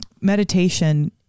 meditation